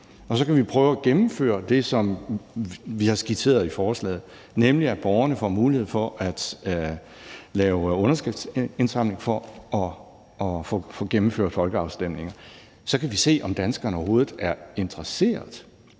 og så kan vi prøve at gennemføre det, som vi har skitseret i forslaget, nemlig at borgerne får mulighed for at lave underskriftindsamling for at få gennemført en folkeafstemning. Så kan vi se, om danskerne overhovedet er interesseret.